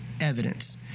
evidence